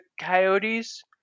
Coyotes